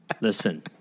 Listen